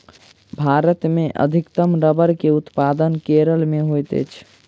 भारत मे अधिकतम रबड़ के उत्पादन केरल मे होइत अछि